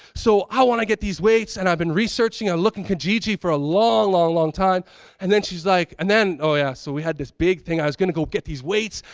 so, i wanna get these weight and i've been researching. i'm looking for gigi for a long, long, long time and then she's like, and then, oh yeah. so we had this big thing. i was gonna go get these weights.